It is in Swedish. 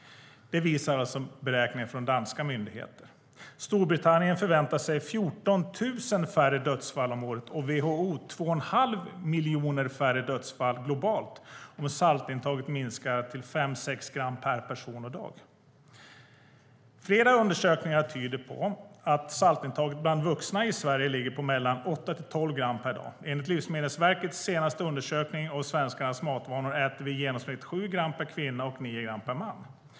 Det visar beräkningarna från danska myndigheter. Storbritannien förväntar sig 14 000 färre dödsfall om året och WHO två och en halv miljon färre dödsfall globalt om saltintaget minskar till 5-6 gram per person och dag. Flera undersökningar tyder på att saltintaget bland vuxna i Sverige ligger på mellan åtta och tolv gram per dag. Enligt Livsmedelsverkets senaste undersökning av svenskarnas matvanor äter vi i genomsnitt sju gram salt per kvinna och nio gram per man.